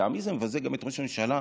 לטעמי זה מבזה את ראש הממשלה,